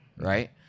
Right